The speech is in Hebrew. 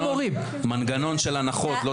מנגנון של הנחות, לא